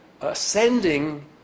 ascending